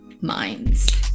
Minds